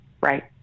right